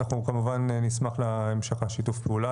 אנחנו כמובן נשמח להמשך שיתוף הפעולה